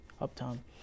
uptown